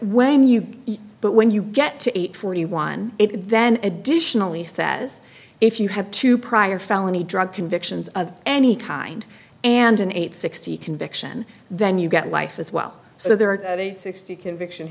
when you but when you get to eight forty one it then additionally says if you have two prior felony drug convictions of any kind and an eight sixty conviction then you get life as well so there are sixty conviction